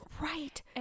Right